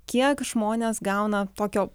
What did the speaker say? kiek žmonės gauna tokio